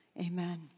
Amen